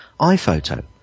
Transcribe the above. iPhoto